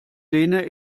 lehne